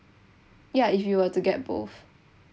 ya if you were to get both